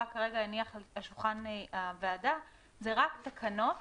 כרגע הניח על שולחן הוועדה זה רק תקנות